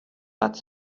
but